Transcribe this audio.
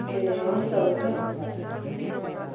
ए हुन्छ बहिनी हुन्छ अँ